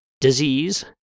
Disease